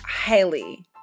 highly